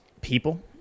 people